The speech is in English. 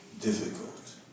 Difficult